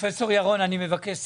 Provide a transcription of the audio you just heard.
פרופ' ירון, אני מבקש סיכום,